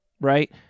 right